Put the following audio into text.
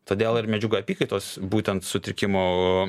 todėl ir medžiagų apykaitos būtent sutrikimo